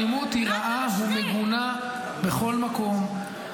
אלימות היא רעה ומגונה בכל מקום,